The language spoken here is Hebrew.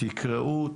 תקראו,